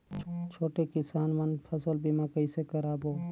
छोटे किसान मन फसल बीमा कइसे कराबो?